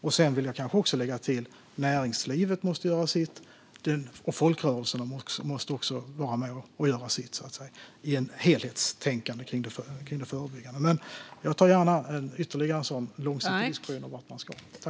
Jag vill också lägga till att även näringslivet och folkrörelserna måste vara med och göra sitt i ett helhetstänkande kring det förebyggande arbetet. Jag tar gärna ytterligare en sådan långsiktig diskussion om vart man ska.